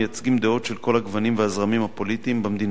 המייצגים דעות של כל הגוונים והזרמים הפוליטיים במדינה.